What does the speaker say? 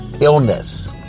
illness